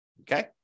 Okay